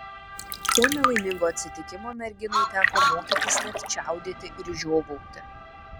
po nelaimingo atsitikimo merginai teko mokytis net čiaudėti ir žiovauti